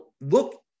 look